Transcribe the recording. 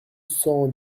cent